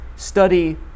study